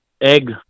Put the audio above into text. egg